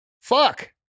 Fuck